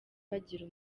bagira